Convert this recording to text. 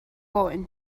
oen